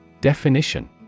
Definition